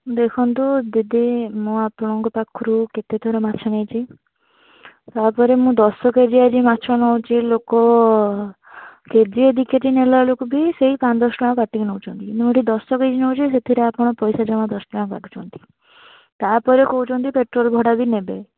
ଦେଖନ୍ତୁ ଦିଦି ମୁଁ ଆପଣଙ୍କ ପାଖରୁ କେତେ ଥର ମାଛ ନେଇଛି ତା ପରେ ମୁଁ ଦଶ କେଜି ଆଜି ମାଛ ନେଉଛି ଲୋକ କେଜିଏ ଦୁଇ କେଜି ନେଲାବେଳକୁ ବି ସେଇ ପାଞ୍ଚ ଦଶ କାଟିକି ନେଉଛନ୍ତି ମୁଁ ଏଠି ଦଶ କେଜି ନେଉଛି ସେଥିରେ ଆପଣ ପଇସା ଜମା ଦଶ ଟଙ୍କା କାଟୁଛନ୍ତି ତା ପରେ କହୁଛନ୍ତି ପେଟ୍ରୋଲ ଭଡ଼ା ବି ନେବେ